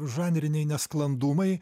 žanriniai nesklandumai